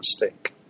mistake